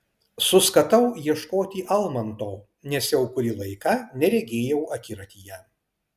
suskatau ieškoti almanto nes jau kurį laiką neregėjau akiratyje